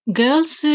girls